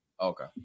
Okay